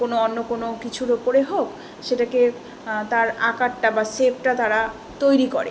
কোনো অন্য কোনো কিছুর ওপরে হোক সেটাকে তার আকারটা বা শেপটা তারা তৈরি করে